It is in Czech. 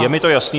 Je mi to jasné.